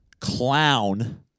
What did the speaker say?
clown